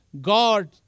God